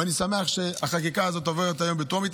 ואני שמח שהחקיקה הזאת עוברת היום בטרומית.